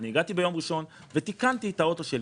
אני הגעתי ביום ראשון ותיקנתי את האוטו שלי.